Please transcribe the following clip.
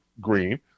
green